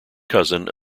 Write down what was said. cousin